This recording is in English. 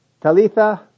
Talitha